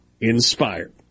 inspired